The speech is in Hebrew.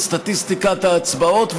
את סטטיסטיקת ההצבעות,